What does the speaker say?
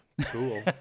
Cool